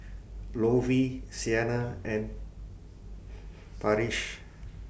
Lovey Siena and Parrish